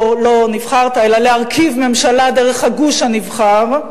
או, לא נבחרת אלא להרכיב ממשלה דרך הגוש הנבחר.